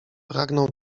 pragnął